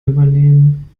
übernehmen